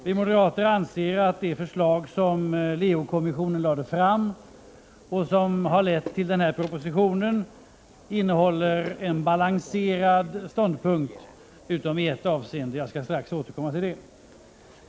Vi moderater anser att det förslag som Leokommissionen lade fram och som har lett till denna proposition innehåller en balanserad ståndpunkt — utom i ett avseende, som jag strax skall återkomma till.